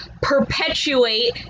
perpetuate